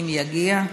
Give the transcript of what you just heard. אם יגיע.